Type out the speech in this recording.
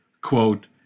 quote